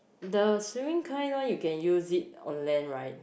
the swimming kind one you can use it on lane right